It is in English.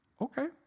okay